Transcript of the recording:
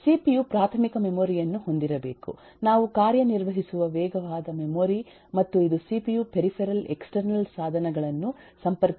CPU ಪ್ರಾಥಮಿಕ memory ಯನ್ನು ಹೊಂದಿರಬೇಕು ನಾವು ಕಾರ್ಯ ನಿರ್ವಹಿಸುವ ವೇಗವಾದ ಮೆಮೊರಿ ಮತ್ತು ಇದು ಸಿಪಿಯು ಪೆರಿಫೆರಲ್ ಎಕ್ಸ್ಟರ್ನಲ್ ಸಾಧನಗಳನ್ನು ಸಂಪರ್ಕಿಸುವ ಬಸ್ ಗಳನ್ನು ಹೊಂದಿದೆ